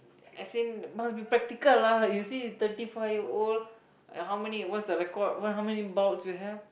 as in must be practical lah you see thirty five year old and how many what's the record what how many bouts you have